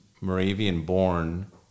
Moravian-born